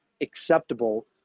acceptable